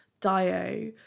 Dio